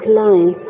line